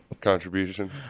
contribution